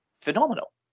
phenomenal